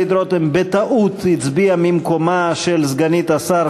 רותם הצביע בטעות ממקומה של סגנית השר,